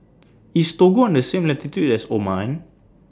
IS Togo on The same latitude as Oman